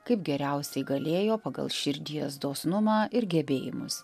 kaip geriausiai galėjo pagal širdies dosnumą ir gebėjimus